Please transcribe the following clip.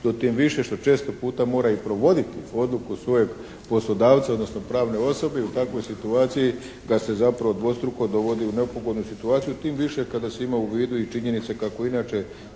to tim više što često puta mora i provoditi odluku svojeg poslodavca, odnosno pravne osobe i u takvoj situaciji ga se zapravo dvostruko dovodi u nepogodnu situaciju tim više kada se ima u vidu i činjenica kako inače